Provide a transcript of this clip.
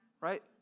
right